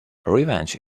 revenge